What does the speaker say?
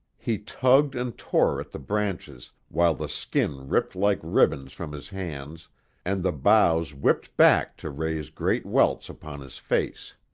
he tugged and tore at the branches while the skin ripped like ribbons from his hands and the boughs whipped back to raise great welts upon his face.